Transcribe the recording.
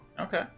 Okay